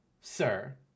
sir